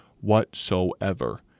whatsoever